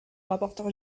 rapporteur